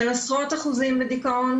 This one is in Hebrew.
של עשרות אחוזים בדיכאון,